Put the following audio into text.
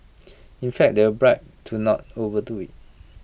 in fact they were bribe to not overdo IT